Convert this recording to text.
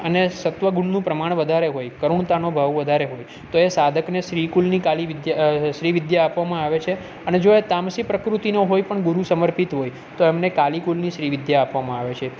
અને સત્વ ગુણનું પ્રમાણ વધારે હોય કરૂણતાનો ભાવ વધારે હોય તો એ સાધકને શ્રી કુલની કાલી વિદ્યા શ્રી વિદ્યા આપવામાં આવે છે અને જો એ તામસી પ્રકૃતિનો હોય પણ ગુરુ સમર્પિત હોય તો એમને કાલી કુલની શ્રી વિદ્યા આપવામાં આવે છે